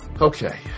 Okay